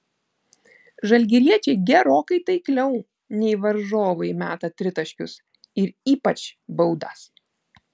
žalgiriečiai gerokai taikliau nei varžovai meta tritaškius ir ypač baudas